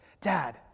Dad